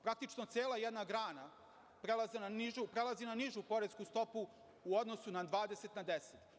Praktično cela jedna grana prelazi na nižu poresku stopu u odnosu na 20 na 10.